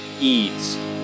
Eads